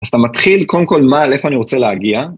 אז אתה מתחיל קודם כל מה לאיפה אני רוצה להגיע.